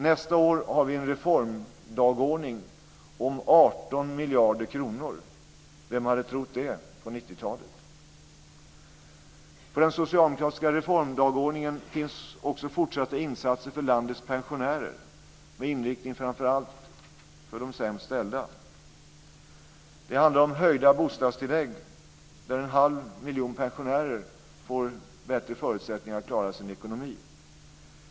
Nästa år har vi en reformdagordning om 18 miljarder kronor. Vem hade trott det på 90-talet? På den socialdemokratiska reformdagordningen finns också fortsatta insatser för landets pensionärer, med inriktning framför allt på de sämst ställda. Det handlar om höjda bostadstillägg, vilket ger en halv miljon pensionärer bättre förutsättningar att klara sin ekonomi.